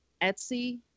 Etsy